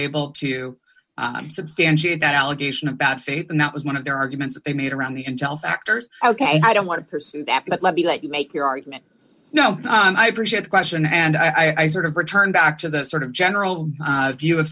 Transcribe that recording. able to substantiate that allegation about faith and that was one of the arguments that they made around the intel factors ok i don't want to pursue that but let me let you make your argument no i appreciate the question and i sort of return back to the sort of general view of